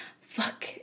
fuck